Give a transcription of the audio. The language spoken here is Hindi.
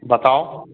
बताओ